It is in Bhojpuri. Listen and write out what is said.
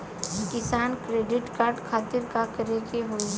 किसान क्रेडिट कार्ड खातिर का करे के होई?